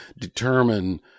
determine